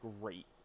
great